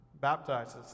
baptizes